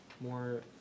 more